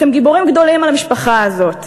אתם גיבורים גדולים על המשפחה הזאת,